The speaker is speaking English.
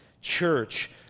church